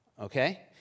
okay